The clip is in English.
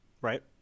right